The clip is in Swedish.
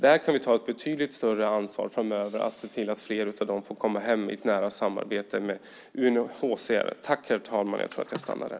Där kan vi ta ett betydligt större ansvar framöver att se till att fler av dem får komma hem i ett nära samarbete med UNHCR.